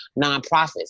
nonprofits